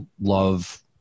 love